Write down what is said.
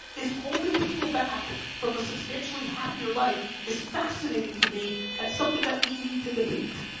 is holding people back from a substantially happier life is fascinating to me and something that we need to debate.